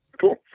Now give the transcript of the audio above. Cool